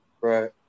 Right